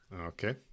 Okay